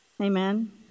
Amen